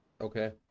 Okay